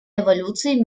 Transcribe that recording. эволюции